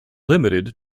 limited